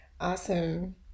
Awesome